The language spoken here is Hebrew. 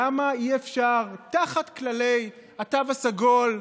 למה, תחת כללי התו הסגול,